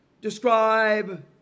describe